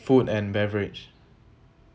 food and beverage